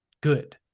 good